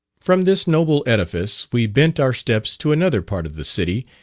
from this noble edifice, we bent our steps to another part of the city,